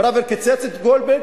פראוור קיצץ את גולדברג,